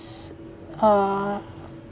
uh